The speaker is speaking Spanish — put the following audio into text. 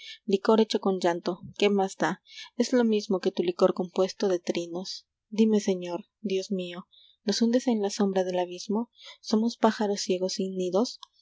licor hecho con llanto qué más da es lo mismo que tu licor compuesto de trinos dime señor dios mío nos hundes en la sombra del abismo somos pájaros ciegos sin nidos